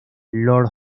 lord